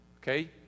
Okay